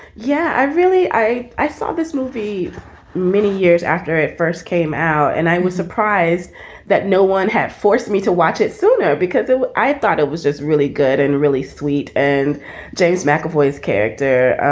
yeah. i really i i saw this movie many years after first came out and i was surprised that no one had forced me to watch it sooner because so i thought it was just really good and really thweatt and james mcavoy's character